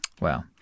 Wow